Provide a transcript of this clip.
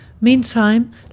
Meantime